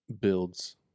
builds